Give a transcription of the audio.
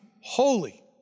holy